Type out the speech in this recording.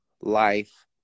life